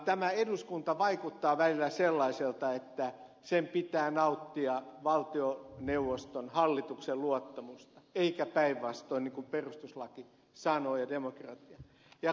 tämä eduskunta vaikuttaa välillä sellaiselta että sen pitää nauttia valtioneuvoston hallituksen luottamusta eikä päinvastoin niin kuin perustuslaki sanoo ja demokratia